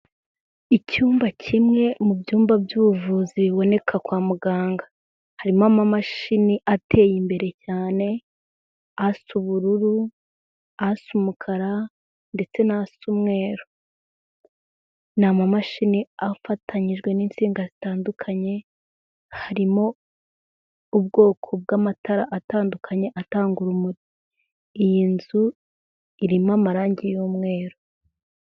Icyumba kimwe mu byumba by'ubuvuzi biboneka kwa muganga, harimo amamashini ateye imbere cyane, asa ubururu, asa umukara ndetse n'asa umweru. Ni amamashini afatanyije n'insinga zitandukanye, harimo ubwoko bw'amatara atandukanye atanga, iyi nzu irimo amarangi y'umweru.